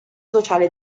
sociale